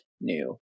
new